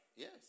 Yes